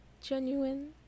genuine